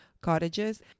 cottages